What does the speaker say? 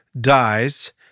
dies